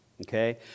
okay